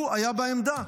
הוא היה בעמדה,